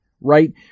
right